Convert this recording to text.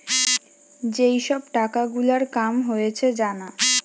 যেই সব টাকা গুলার কাম হয়েছে জানা